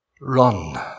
run